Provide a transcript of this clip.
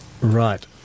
right